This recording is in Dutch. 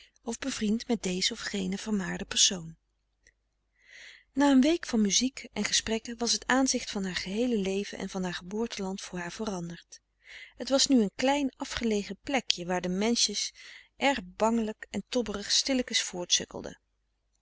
of bevriend met deze of gene vermaarde persoon na een week van muziek en gesprekken was t aanzicht van haar geheele leven en van haar geboorteland voor haar veranderd het was nu een klein afgelegen plekje waar de menscijes erg bangelijk en tobberig stillekens